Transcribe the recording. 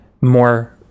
more